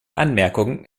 anmerkungen